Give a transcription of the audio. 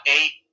Eight